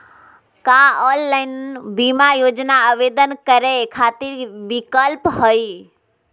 का ऑनलाइन बीमा योजना आवेदन करै खातिर विक्लप हई?